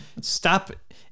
stop